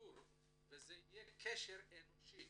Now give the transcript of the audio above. שיהיה קשר אנושי.